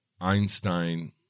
einstein